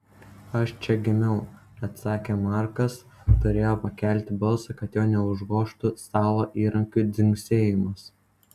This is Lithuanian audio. aš čia gimiau atsakė markas turėjo pakelti balsą kad jo neužgožtų stalo įrankių dzingsėjimas